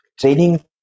training